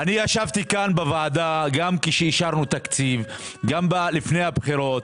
ישבתי כאן בוועדה גם כשאישרנו תקציב וגם לפני הבחירות.